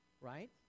right